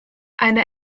eine